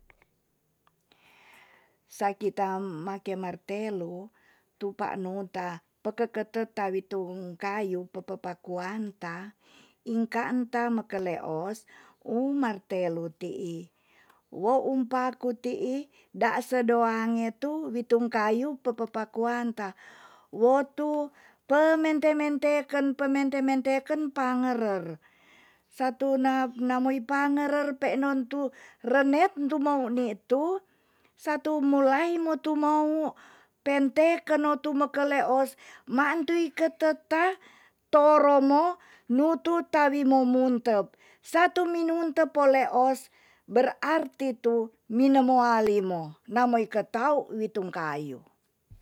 Saki ta make martelu tu pa nu ta pekeketan witun kayu pepepakuanta inka enta make leos um martelu ti'i. wo um paku ti'i daak sedoange tu witun kayu pepepakuata wo tu pemente menteken pementek meteken pangerer satu na- namoi pangerer peenon tu renep rumau ni tu satu mulai mo tumou penteken no meke leos ma antui kete tak toro mo nutu tawi mo muntep. satu minumtep po leos berarti tu nine moa limo namoi ketau nitung kayu.